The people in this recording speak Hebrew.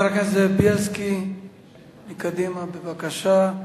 חבר הכנסת זאב בילסקי מקדימה, בבקשה.